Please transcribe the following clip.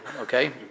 okay